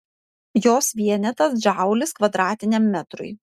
jos vienetas džaulis kvadratiniam metrui